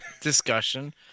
discussion